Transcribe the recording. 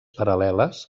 paral·leles